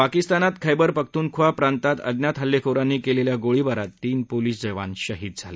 पाकिस्तानात खैबर पख्तुनख्वा प्रांतात अज्ञात हल्लेखोरांनी केलेल्या गोळीबारात तीन पोलीस जवान शहीद झाले